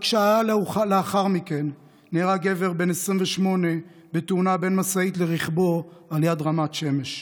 רק שעה לאחר מכן נהרג גבר בן 28 בתאונה בין משאית לרכבו ליד רמת שמש.